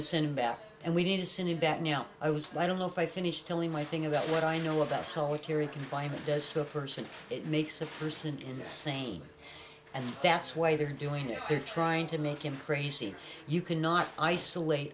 to send him back and we need to send you back now i was i don't know if i finish telling my thing about what i know about solitary confinement does to a person it makes a person insane and that's why they're doing it they're trying to make him crazy you cannot isolate